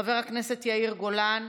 חבר הכנסת יאיר גולן,